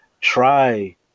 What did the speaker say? try